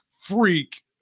freak